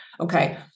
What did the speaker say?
Okay